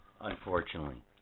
Unfortunately